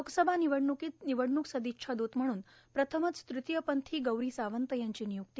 लोकसभा निवडणुकीत निवडणूक सदिच्छा दूत म्हणून प्रथमच तृतीयपंथी गौरी सावंत यांची नियुक्ती